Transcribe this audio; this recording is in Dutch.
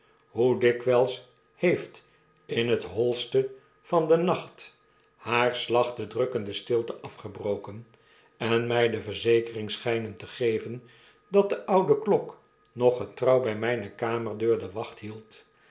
hoe dikwyls heeft in het holste van den nacht haar slag de drukkende stilte afgebroken en my de verzekering schijnen te geven dat de oude klok nog gelrouw bij myiie kamerdeur de wacht hield